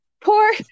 poor